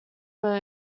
were